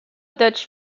dutch